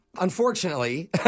Unfortunately